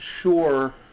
sure